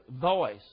voice